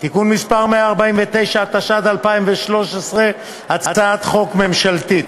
(תיקון מס' 149), התשע"ד 2013, הצעת חוק ממשלתית.